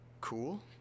cool